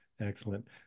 Excellent